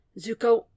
Zuko